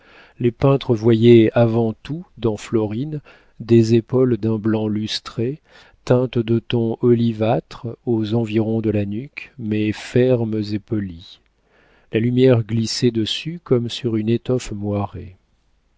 les peintres voyaient avant tout dans florine des épaules d'un blanc lustré teintes de tons olivâtres aux environs de la nuque mais fermes et polies la lumière glissait dessus comme sur une étoffe moirée